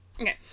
Okay